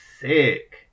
sick